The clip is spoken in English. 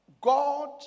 God